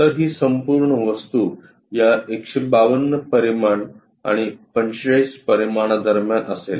तर ही संपूर्ण वस्तू या 152 परिमाण आणि 45 परिमाणा दरम्यान असेल